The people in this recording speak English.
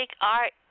art